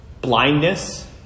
blindness